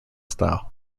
style